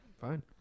fine